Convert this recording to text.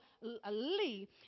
Lee